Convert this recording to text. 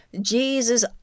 Jesus